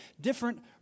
different